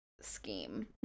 scheme